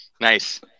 Nice